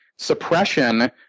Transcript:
suppression